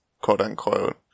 quote-unquote